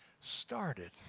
started